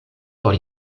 por